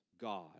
God